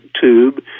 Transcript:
tube